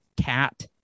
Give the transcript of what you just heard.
cat